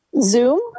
Zoom